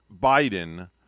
Biden